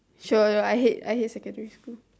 sure I hate I hate secondary school